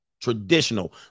Traditional